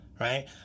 right